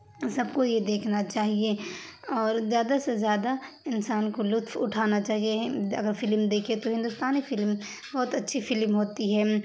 سب کو یہ دیکھنا چاہیے اور زیادہ سے زیادہ انسان کو لطف اٹھانا چاہیے اگر فلم دیکھے تو ہندوستانی فلم بہت اچھی فلم ہوتی ہے